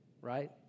right